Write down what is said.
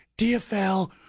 DFL